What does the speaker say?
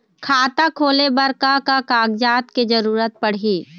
खाता खोले बर का का कागजात के जरूरत पड़ही?